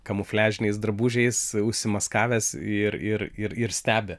kamufliažiniais drabužiais užsimaskavęs ir ir ir ir stebi